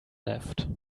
left